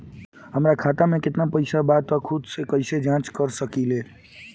हमार खाता में केतना पइसा बा त खुद से कइसे जाँच कर सकी ले?